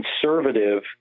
conservative